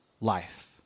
life